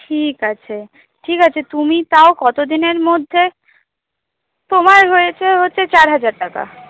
ঠিক আছে তুমি তাও কত দিনের মধ্যে তোমার হয়েছে হচ্ছে চার হাজার টাকা